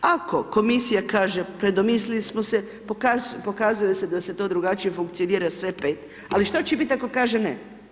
Ako komisija kaže predomislili smo se, pokazuje se da se to drugačije funkcionira, sve 5. Ali što će biti ako kaže ne?